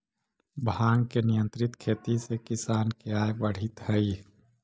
भाँग के नियंत्रित खेती से किसान के आय बढ़ित हइ